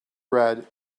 red